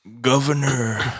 governor